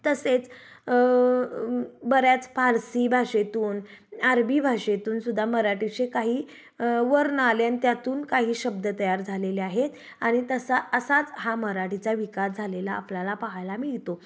तसेच बऱ्याच फारसी भाषेतून अरबी भाषेतूनसुद्धा मराठीचे काही वर्ण आले अन त्यातून काही शब्द तयार झालेले आहेत आणि तसा असाच हा मराठीचा विकास झालेला आपल्याला पाहायला मिळतो